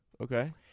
Okay